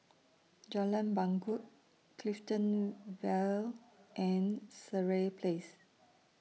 Jalan Bangau Clifton Vale and Sireh Place